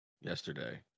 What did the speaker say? yesterday